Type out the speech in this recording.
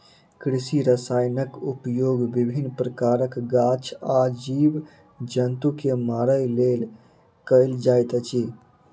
कृषि रसायनक उपयोग विभिन्न प्रकारक गाछ आ जीव जन्तु के मारय लेल कयल जाइत अछि